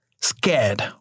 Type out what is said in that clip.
scared